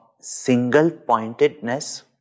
single-pointedness